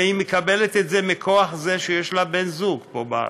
הרי היא מקבלת את זה מכוח זה שיש לה בן זוג פה בארץ.